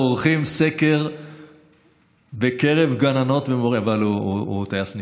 אבל הוא טייס נפלא.